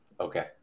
Okay